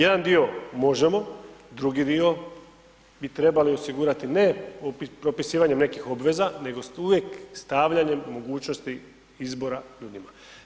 E sad, jedan dio možemo, drugi dio bi trebali osigurati ne propisivanjem nekih obveza, nego uvijek stavljanjem mogućnosti izbora ljudima.